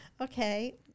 okay